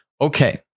Okay